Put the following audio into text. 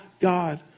God